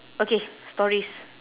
okay stories